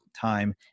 time